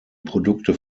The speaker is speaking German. produkte